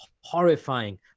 horrifying